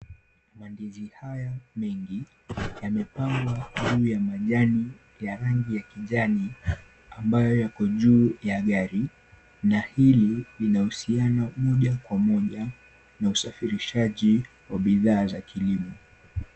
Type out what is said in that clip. Mandizi haya mengi, yamepangwa juu ya majani ya rangi ya kijani ambayo yako juu ya gari na hili lina uhusiano moja kwa moja na usafirishaji wa bidhaa za kilimo.